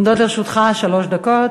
עומדות לרשותך חמש דקות.